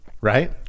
right